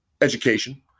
education